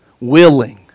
willing